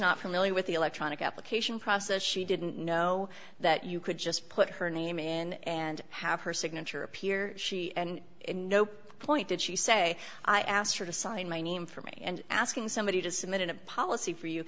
not familiar with the electronic application process she didn't know that you could just put her name in and have her signature appear she and no point did she say i asked her to sign my name for me and asking somebody to submit in a policy for you